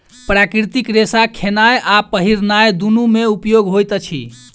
प्राकृतिक रेशा खेनाय आ पहिरनाय दुनू मे उपयोग होइत अछि